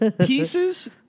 Pieces